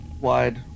Wide